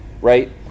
right